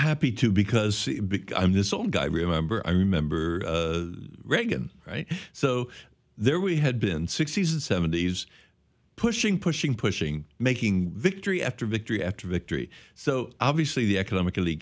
because because i'm this old guy remember i remember reagan right so there we had been sixty's and seventy's pushing pushing pushing making victory after victory after victory so obviously the economically